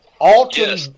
Alton